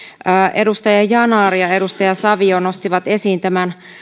edustaja yanar ja edustaja savio nostivat esiin tämän